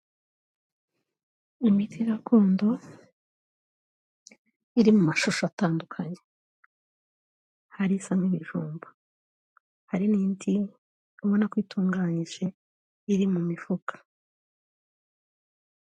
Imiti gakondo iri mu mashusho atandukanye, hari isa nk'ibijumba, hari n'indi ubona ko itunganyije iri mu mifuka.